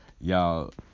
y'all